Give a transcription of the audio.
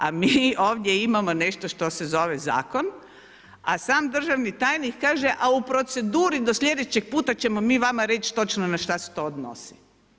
A mi ovdje imamo nešto što se zove zakon, a sam državni tajnik kaže a u proceduri do sljedećeg puta ćemo mi vama reć točno na šta se to odnosi.